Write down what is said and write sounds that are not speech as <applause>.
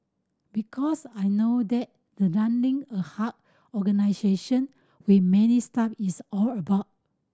because I know that the running a <unintelligible> organisation with many staff is all about